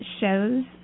shows